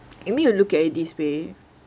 you need to look at it this way